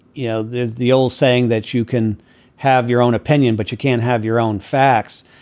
you know, there's the old saying that you can have your own opinion, but you can't have your own facts.